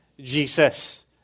Jesus